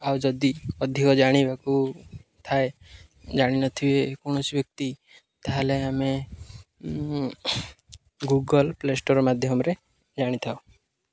ଆଉ ଯଦି ଅଧିକ ଜାଣିବାକୁ ଥାଏ ଜାଣିିନଥିବେ କୌଣସି ବ୍ୟକ୍ତି ତା'ହେଲେ ଆମେ ଗୁଗଲ୍ ପ୍ଲେ ଷ୍ଟୋର୍ ମାଧ୍ୟମରେ ଜାଣିଥାଉ